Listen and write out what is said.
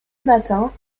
matin